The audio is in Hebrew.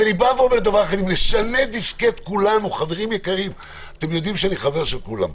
אם נשנה חשיבה, אתם יודעים שאני חבר של כולם פה,